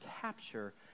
capture